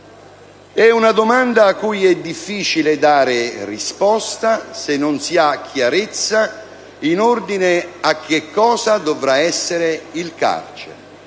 È una domanda a cui è difficile dare risposta se non si ha chiarezza in ordine a che cosa dovrà essere il carcere